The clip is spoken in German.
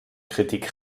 kritik